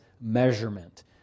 measurement